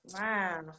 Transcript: wow